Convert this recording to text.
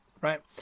right